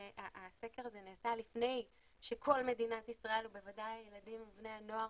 הסקר הזה נעשה לפני שכל מדינת ישראל ובוודאי הילדים ובני הנוער